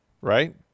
right